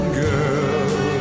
girl